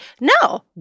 no